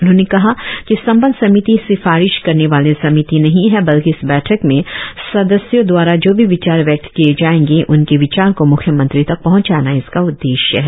उन्होंने कहा कि संबंद्व समिति सिफारिश करने वाले समिति नही है बल्कि इस बैठक में सदस्यों द्वारा जो भी विचार व्यक्त किए जाएंगे उनकेविचार को म्ख्य मंत्री तक पहचाना इसका उद्देश्य है